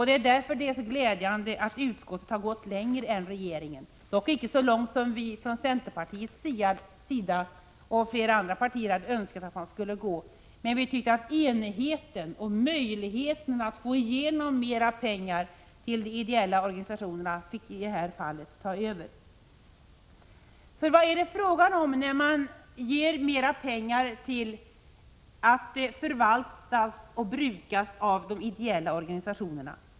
Det är därför mycket glädjande att utskottet har gått längre än regeringen, dock icke så långt som vi från centerpartiet och från andra partier har önskat. Vi tycker att enigheten och möjligheten att få igenom förslaget om mera pengar till de ideella organisationerna i det här fallet fick ta över. Vad är det då fråga om när man ger mer pengar att förvaltas och brukas av de ideella organisationerna?